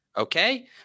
Okay